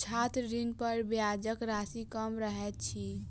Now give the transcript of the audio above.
छात्र ऋणपर ब्याजक राशि कम रहैत अछि